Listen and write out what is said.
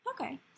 Okay